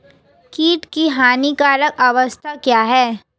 कीट की हानिकारक अवस्था क्या है?